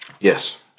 Yes